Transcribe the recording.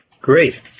great